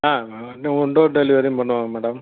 ஆ நாங்கள் door door டெலிவரியும் பண்ணுவோம் மேடம்